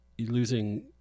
Losing